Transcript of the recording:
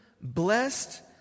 blessed